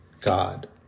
God